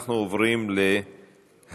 אנחנו עוברים להצעה